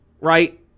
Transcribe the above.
right